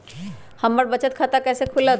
हमर बचत खाता कैसे खुलत?